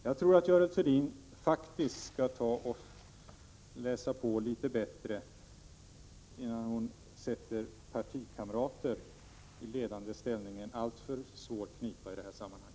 Görel Thurdin bör vara försiktig innan hon sätter partikamrater i ledande ställning i en alltför svår knipa i detta sammanhang.